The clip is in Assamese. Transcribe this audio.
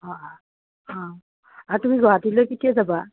অঁ অঁ আৰু তুমি গুৱাহাটীলৈ কেতিয়া যাবা